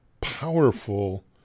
powerful